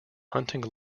hunting